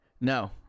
No